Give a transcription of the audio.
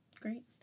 Great